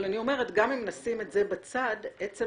אבל אני אומרת שגם אם נשים את זה בצד, עצם